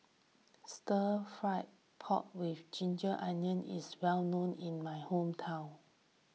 Stir Fry Pork with Ginger Onions is well known in my hometown